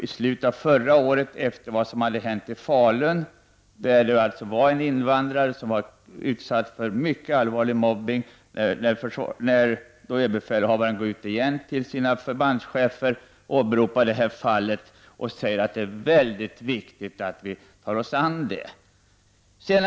I slutet av förra året, efter vad som hade hänt i Falun där en invandrare blev utsatt för mycket allvarlig mobbning, gick överbefälhavaren ut igen till förbandscheferna och åberopade detta fall och sade att det är mycket viktigt att frågan om mobbning tas upp.